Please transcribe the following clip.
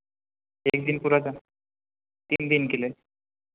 तीन दिन पूरा ब तीन दिन के लिए